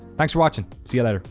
thanks for watching. see